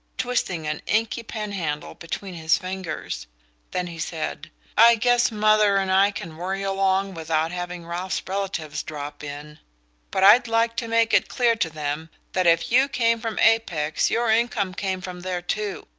twisting an inky penhandle between his fingers then he said i guess mother and i can worry along without having ralph's relatives drop in but i'd like to make it clear to them that if you came from apex your income came from there too.